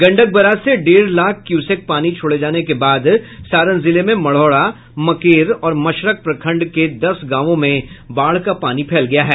Gandak barrage से डेढ़ lakh cusec पानी छोड़े जाने के बाद सारण जिले में मढौरा मकेर और मशरक प्रखंड के दस गांवों में बाढ़ का पानी फैल गया है